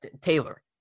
Taylor